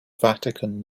vatican